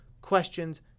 questions